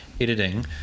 editing